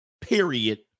period